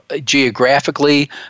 geographically